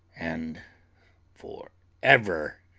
and for ever,